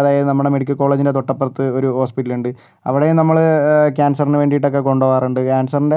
അതായത് നമ്മളുടെ മെഡിക്കൽ കോളേജിൻ്റെ തൊട്ടപ്പുറത്ത് ഒരു ഹോസ്പിറ്റലുണ്ട് അവിടെയും നമ്മള് ക്യാൻസറിന് വേണ്ടിയിട്ടൊക്കെ കൊണ്ടോവാറുണ്ട് ക്യാൻസറിൻ്റെ